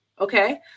Okay